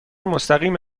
مستقیم